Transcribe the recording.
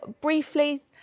briefly